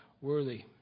worthy